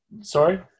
Sorry